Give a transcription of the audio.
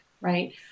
right